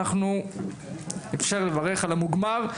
אפשר לברך על המוגמר.